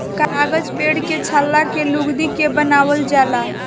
कागज पेड़ के छाल के लुगदी के बनावल जाला